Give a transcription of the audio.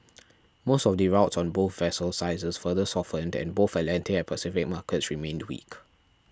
most of the routes on both vessel sizes further softened and both Atlantic and Pacific markets remained weak